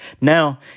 Now